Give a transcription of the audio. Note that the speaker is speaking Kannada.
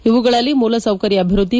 ಇವುಗಳಲ್ಲಿ ಮೂಲಸೌಕರ್ತ ಅಭಿವೃದ್ಧಿ